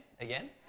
again